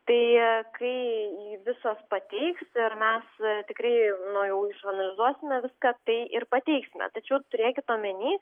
tai kai visos pateiks ir mes tikrai na jau išanalizuosime viską tai ir pateiksime tačiau turėkite omenyje